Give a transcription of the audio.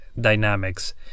dynamics